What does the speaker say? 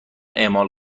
اعمال